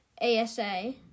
ASA